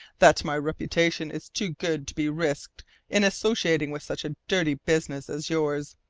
that my reputation is too good to be risked in associating with such a dirty business as yours.